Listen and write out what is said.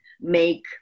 make